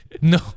No